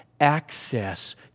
access